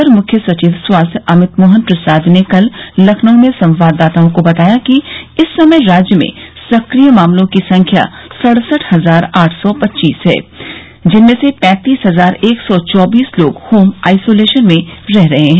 अपर मुख्य सचिव स्वास्थ्य अमित मोहन प्रसाद ने कल लखनऊ में संवाददाताओं को बताया कि इस समय राज्य में सक्रिय मामलों की संख्या सड़सठ हजार आठ सौ पच्चीस है जिनमें से पैंतीस हजार एक सौ चौबीस लोग होम आइसोलेशन में रह रहे है